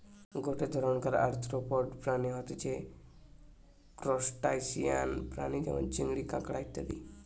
গটে ধরণকার আর্থ্রোপড প্রাণী হতিছে ত্রুসটাসিয়ান প্রাণী যেমন চিংড়ি, কাঁকড়া ইত্যাদি